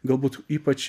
galbūt ypač